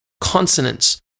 consonants